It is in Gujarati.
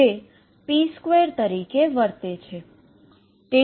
જે p2 તરીકે બનશે